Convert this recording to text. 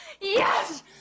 yes